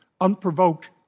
unprovoked